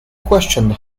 questioned